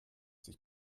sich